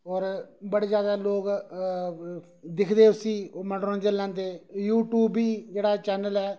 और बडे जैदा लोक दिखदे उसी ओह् मनोरंजन लैंदे यूटयूब बी जेह्ड़ा चैनल ऐ